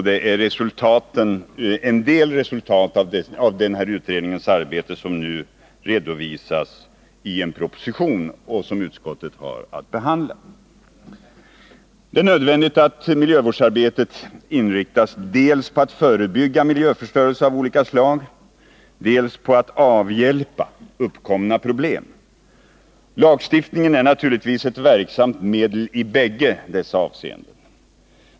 Det är en del resultat av den utredningen som nu redovisas i en proposition och som utskottet haft att behandla. Det är nödvändigt att miljövårdsarbetet inriktas dels på att förebygga miljöförstörelse av olika slag, dels på att avhjälpa uppkomna problem. Lagstiftningen är naturligtvis ett verksamt medel i bägge dessa avseenden.